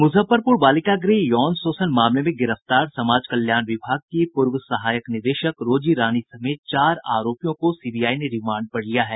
मूजफ्फरपूर बालिका गृह यौन शोषण मामले में गिरफ्तार समाज कल्याण विभाग की पूर्व सहायक निदेशक रोजी रानी समेत चार आरोपियों को सीबीआई ने रिमांड पर लिया है